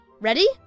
Ready